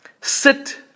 sit